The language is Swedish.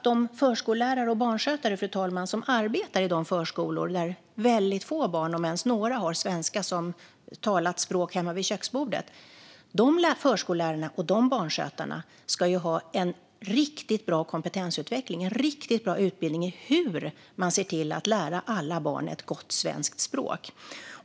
De förskollärare och barnskötare som arbetar i de förskolor där väldigt få barn, om ens några, har svenska som talat språk hemma vid köksbordet ska ha en riktigt bra kompetensutveckling och utbildning i hur man lär alla barn ett gott svenskt språk.